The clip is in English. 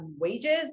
wages